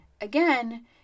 Again